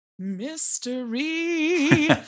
mystery